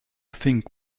think